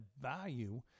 value